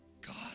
God